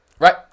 Right